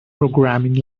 programming